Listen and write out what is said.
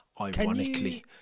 ironically